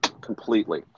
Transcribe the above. completely